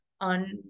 on